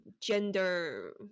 gender